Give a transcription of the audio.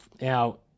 Now